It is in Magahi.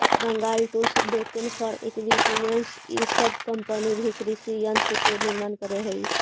Bengal tools, Deccan farm equipments इ सब कम्पनि भी कृषि यन्त्र के निर्माण करऽ हई